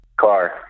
Car